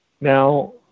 Now